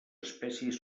espècies